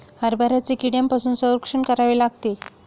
हरभऱ्याचे कीड्यांपासून संरक्षण करावे लागते